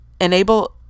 enable